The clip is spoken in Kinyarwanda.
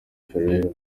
pereira